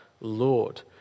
Lord